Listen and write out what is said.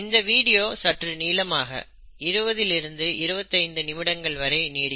இந்த வீடியோ சற்று நீளமாக 20 இல் இருந்து 25 நிமிடங்கள் வரை நீடிக்கும்